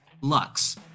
Lux